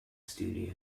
studio